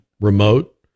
remote